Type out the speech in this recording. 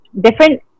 different